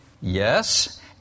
yes